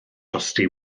drosti